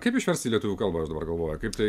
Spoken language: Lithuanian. kaip išverst į lietuvių kalbą aš dabar galvoju kaip tai